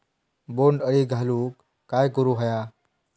बोंड अळी घालवूक काय करू व्हया?